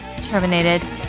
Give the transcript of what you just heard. Terminated